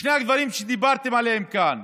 ושני הדברים שדיברתם עליהם כאן.